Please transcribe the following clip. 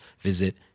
visit